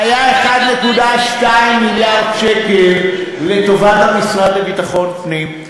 והיו 1.2 מיליארד שקל לטובת המשרד לביטחון פנים,